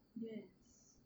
yes